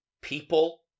people